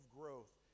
growth